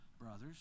brothers